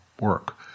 work